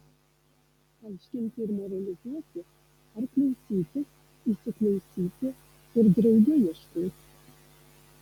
aiškinti ir moralizuoti ar klausytis įsiklausyti ir drauge ieškoti